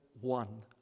one